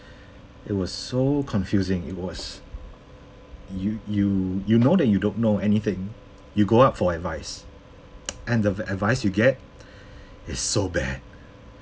it was so confusing it was you you you know that you don't know anything you go out for advice and th~ the advice you get it's so bad